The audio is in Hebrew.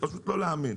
לא להאמין.